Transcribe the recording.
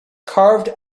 carved